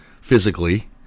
physically